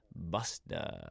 Buster